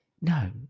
No